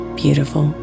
beautiful